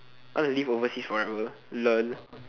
I want to live overseas forever lol